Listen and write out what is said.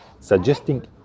suggesting